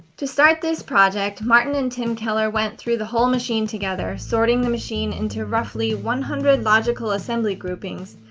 to start this project, martin and tim keller went through the whole machine together, sorting the machine into roughly one hundred logical assembly groupings,